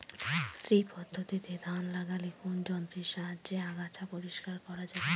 শ্রী পদ্ধতিতে ধান লাগালে কোন যন্ত্রের সাহায্যে আগাছা পরিষ্কার করা যাবে?